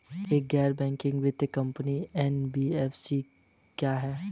एक गैर बैंकिंग वित्तीय कंपनी एन.बी.एफ.सी क्या है?